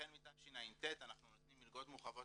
החל מתשע"ט אנחנו נותנים מלגות מורחבות